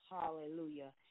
hallelujah